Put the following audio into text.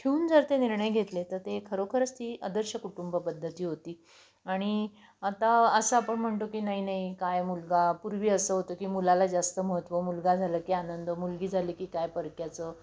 ठेवून जर ते निर्णय घेतले तर ते खरोखरच ती आदर्श कुटुंब पद्धती होती आणि आता असं आपण म्हणतो की नाही नाही काय मुलगा पूर्वी असं होतं की मुलाला जास्त महत्त्व मुलगा झालं की आनंद मुलगी झाली की काय परक्याचं